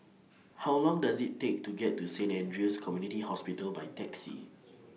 How Long Does IT Take to get to Saint Andrew's Community Hospital By Taxi